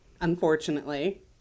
unfortunately